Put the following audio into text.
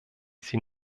sie